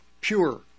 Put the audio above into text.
pure